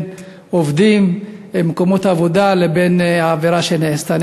עובדים במקומות עבודה לבין העבירה שנעשתה.